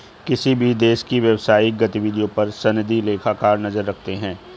किसी भी देश की व्यवसायिक गतिविधियों पर सनदी लेखाकार नजर रखते हैं